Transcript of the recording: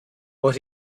but